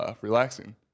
relaxing